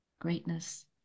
greatness